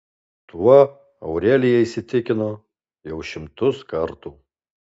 tuo aurelija įsitikino jau šimtus kartų